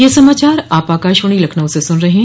ब्रे क यह समाचार आप आकाशवाणी लखनऊ से सुन रहे हैं